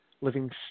Living